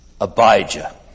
Abijah